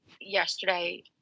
yesterday